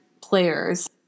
players